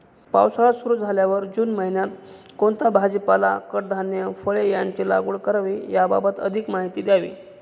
पावसाळा सुरु झाल्यावर जून महिन्यात कोणता भाजीपाला, कडधान्य, फळे यांची लागवड करावी याबाबत अधिक माहिती द्यावी?